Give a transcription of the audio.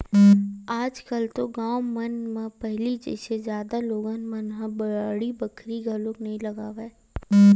आज कल तो गाँव मन म पहिली जइसे जादा लोगन मन ह बाड़ी बखरी घलोक नइ लगावय